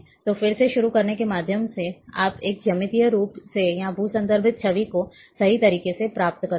तो फिर से शुरू करने के माध्यम से आप एक ज्यामितीय रूप से या भू संदर्भित छवि को सही तरीके से प्राप्त करते हैं